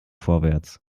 vorwärts